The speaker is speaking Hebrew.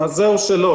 דווקא לא.